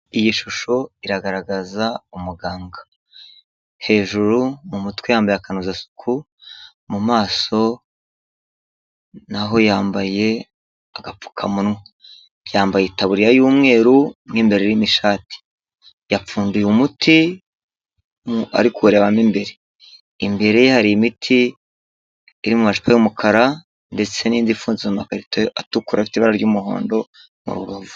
Iyi shusho iragaragaza umuganga, hejuru mu mutwe yambaye akanozasuku, mu maso naho yambaye agapfukamunwa. Yambaye itaburiya y'umweru, mo imbere irimo ishati. Yapfunduye umuti ari kureba mo imbere. Imbere ye hari imiti iri mu macupa y'umukara, ndetse n'indi ifunze mumakarito atukura afite ibara ry'umuhondo mu rubavu.